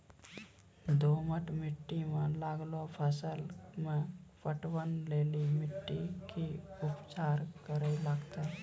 दोमट मिट्टी मे लागलो फसल मे पटवन लेली मिट्टी के की उपचार करे लगते?